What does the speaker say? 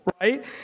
right